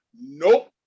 nope